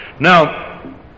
Now